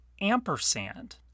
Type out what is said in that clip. Ampersand